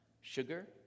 sugar